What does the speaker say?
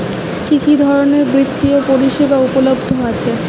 কি কি ধরনের বৃত্তিয় পরিসেবা উপলব্ধ আছে?